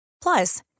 Plus